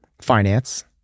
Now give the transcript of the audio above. finance